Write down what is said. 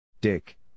Dick